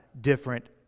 different